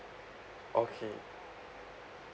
okay